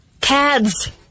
Cads